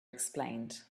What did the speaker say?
explained